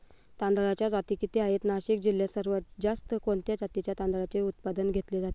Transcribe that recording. तांदळाच्या जाती किती आहेत, नाशिक जिल्ह्यात सर्वात जास्त कोणत्या जातीच्या तांदळाचे उत्पादन घेतले जाते?